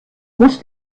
muss